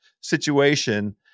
situation